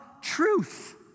truth